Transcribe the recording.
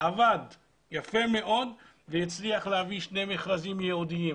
יפה מאוד והצליח להביא שני מכרזים ייעודיים,